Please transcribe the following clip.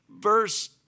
verse